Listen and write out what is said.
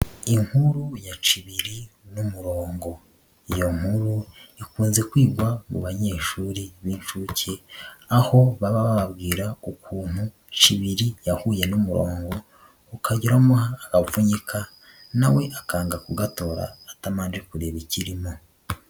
Inkuru ya Cibiri n'Umurongo, iyo nkuru ikunze kwigwa mu banyeshuri b'inshuke aho baba bababwira ukuntu Cibiri yahuye n'Umurongo, ukajya uramuha agapfunyika na we akanga kugatora atabanje kureba ikirimo.